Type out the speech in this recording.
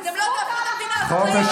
אתה לא היהודי היחיד במדינת ישראל.